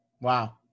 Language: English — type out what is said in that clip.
Wow